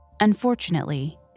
Unfortunately